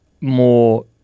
more